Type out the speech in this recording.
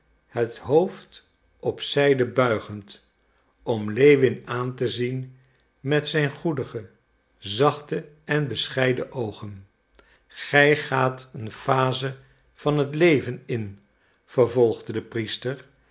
het hoofd op zijde buigend om lewin aan te zien met zijn goedige zachte en bescheiden oogen gij gaat een phase van het leven in vervolgde de priester